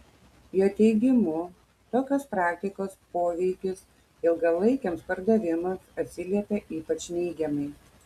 jo teigimu tokios praktikos poveikis ilgalaikiams pardavimams atsiliepia ypač neigiamai